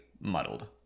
muddled